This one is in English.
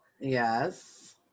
Yes